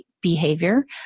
behavior